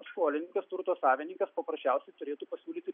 skolininkas turto savininkas paprasčiausiai turėtų pasiūlyti